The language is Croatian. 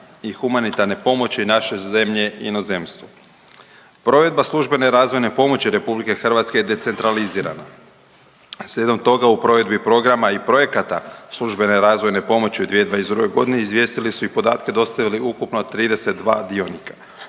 i humanitarne pomoći naše zemlje inozemstvu. Provedba službene razvojne pomoći RH je decentralizirana. Slijedom toga u provedbi programa i projekata službene razvojne pomoći u 2022.g. izvijestili su i podatke i dostavili ukupno 32 dionika.